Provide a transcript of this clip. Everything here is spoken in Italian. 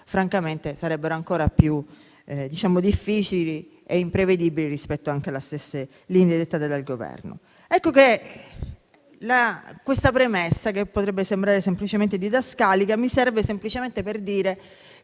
che sarebbero ancora più difficili e imprevedibili rispetto alle stesse linee dettate dal Governo. Questa premessa, che potrebbe sembrare semplicemente didascalica, mi serve semplicemente per dire